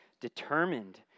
determined